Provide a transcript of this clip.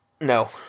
No